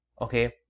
Okay